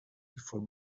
before